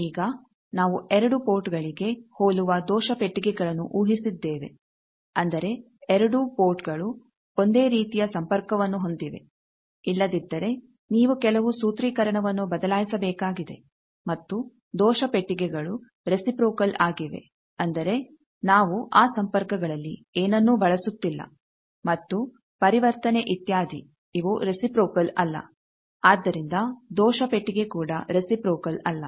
ಈಗ ನಾವು ಎರಡೂ ಪೋರ್ಟ್ ಗಳಿಗೆ ಹೋಲುವ ದೋಷ ಪೆಟ್ಟಿಗೆಗಳನ್ನು ಊಹಿಸಿದ್ದೇವೆ ಅಂದರೆ ಎರಡೂ ಪೋರ್ಟ್ಗಳು ಒಂದೇ ರೀತಿಯ ಸಂಪರ್ಕವನ್ನು ಹೊಂದಿವೆ ಇಲ್ಲದಿದ್ದರೆ ನೀವು ಕೆಲವು ಸೂತ್ರೀಕರಣವನ್ನು ಬದಲಾಯಿಸಬೇಕಾಗಿದೆ ಮತ್ತು ದೋಷ ಪೆಟ್ಟಿಗೆಗಳು ರೆಸಿಪ್ರೋಕಲ್ ಆಗಿವೆ ಅಂದರೆ ನಾವು ಆ ಸಂಪರ್ಕಗಳಲ್ಲಿ ಏನನ್ನೂ ಬಳಸುತ್ತಿಲ್ಲ ಮತ್ತು ಪರಿವರ್ತನೆ ಇತ್ಯಾದಿ ಇವು ರೆಸಿಪ್ರೋಕಲ್ ಅಲ್ಲ ಆದ್ದರಿಂದ ದೋಷ ಪೆಟ್ಟಿಗೆ ಕೂಡ ರೆಸಿಪ್ರೋಕಲ್ ಅಲ್ಲ